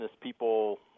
people